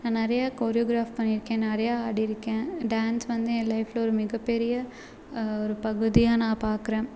நான் நிறைய கொரியோகிராஃப் பண்ணியிருக்கேன் நிறையா ஆடியிருக்கேன் டான்ஸ் வந்து ஏன் லைஃபில் ஒரு மிகப்பெரிய ஒரு பகுதியாக நான் பார்க்குறேன்